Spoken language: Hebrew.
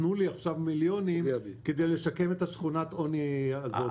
תנו לי עכשיו מיליונים כדי לשקם את שכונת העוני הזאת.